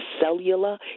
cellular